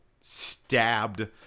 stabbed